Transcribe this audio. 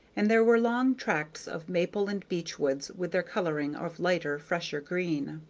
and there were long tracts of maple and beech woods with their coloring of lighter, fresher green.